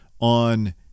on